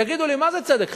תגידו לי, מה זה צדק חברתי?